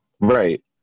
Right